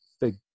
big